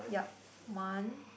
yup one